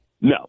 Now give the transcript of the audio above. No